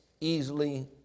easily